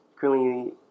Currently